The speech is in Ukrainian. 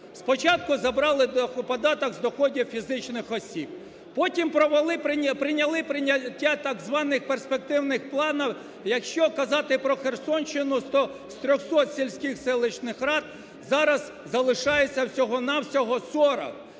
податок з доходів фізичних осіб, потім провели прийняття так званих перспективних планів, якщо казати про Херсонщину, то з 300 сільських селищних рад зараз залишається всього-на-всього 40.